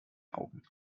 augen